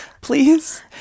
please